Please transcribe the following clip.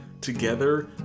together